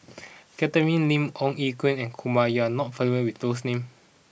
Catherine Lim Ong Ye Kung and Kumar you are not familiar with those names